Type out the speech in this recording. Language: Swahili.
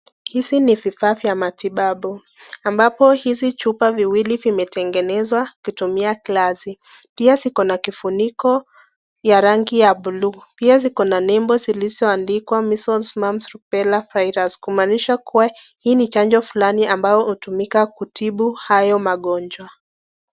Hizi ni vifaa vya matibabu ambapo hizi chupa viwili vimetengenezwa kutumia glasi pia ziko na kifuniko ya rangi ya buluu. Pia ziko na nembo zilizoandikwa measels, mumps, rubella virus kuonyesha kuwa hii ni chanjo fulani ambayo hutumika kutibu hayo magonjwa.